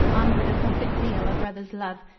armed with a prophet's zeal, a brother's love,